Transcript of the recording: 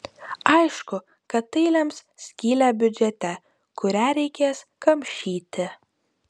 aišku kad tai lems skylę biudžete kurią reikės kamšyti